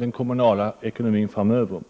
den kommunala ekonomin framöver.